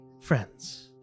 friends